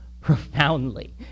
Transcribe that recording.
profoundly